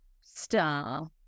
star